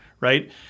right